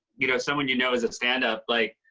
you know, someone you know as a stand-up, like,